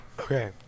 Okay